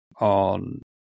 on